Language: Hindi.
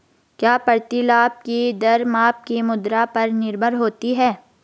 क्या प्रतिलाभ की दर माप की मुद्रा पर निर्भर होती है?